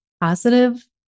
positive